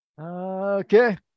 Okay